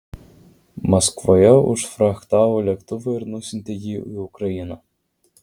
maskvoje užfrachtavo lėktuvą ir nusiuntė jį į ukrainą